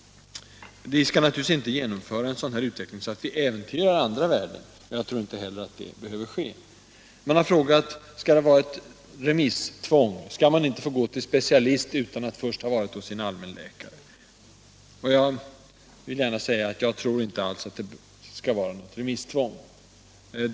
Vi skall naturligtvis inte genomföra en sådan utveckling att vi äventyrar andra värden. Jag tror inte heller att det behöver ske. Man har frågat: Skall det vara ett remisstvång? Skall man inte få gå till en specialist utan att först ha varit hos sin allmänläkare? Jag tror inte alls att det skall vara remisstvång.